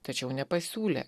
tačiau nepasiūlė